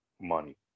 money